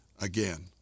again